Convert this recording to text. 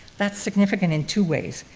that's significant in two ways.